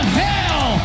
hell